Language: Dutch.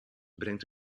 brengt